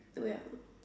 well